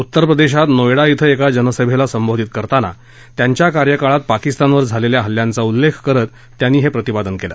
उत्तर प्रदेशात नोएडा श्विं एका जनसभेला संबोधित करताना त्यांच्या कार्यकाळात पाकिस्तान वर झालेल्या हल्ल्यांचा उल्लेख करत त्यांनी हे प्रतिपादन केलं